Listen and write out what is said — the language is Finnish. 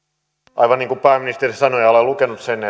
aivan niin kuin pääministeri sanoi ja olen lukenut sen